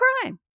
crime